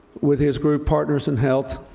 with his group, partners in health,